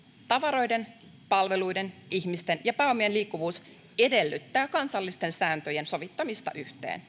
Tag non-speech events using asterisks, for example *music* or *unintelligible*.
tavaroiden palveluiden ihmisten ja pääomien liikkuvuus edellyttää kansallisten sääntöjen sovittamista yhteen *unintelligible*